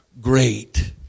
Great